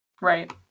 Right